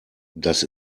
das